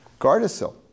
Gardasil